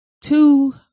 two